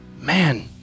Man